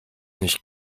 nicht